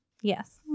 yes